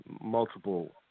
multiple